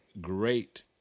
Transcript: great